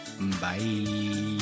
bye